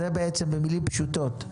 זה בעצם במילים פשוטות.